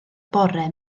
bore